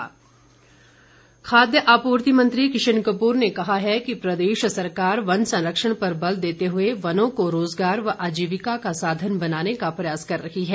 किशन कपूर खाद्य आपूर्ति मंत्री किशन कपूर ने कहा है कि प्रदेश सरकार वन संरक्षण पर बल देते हुए वनों को रोजगार व आजीविका का साधन बनाने का प्रयास कर रही है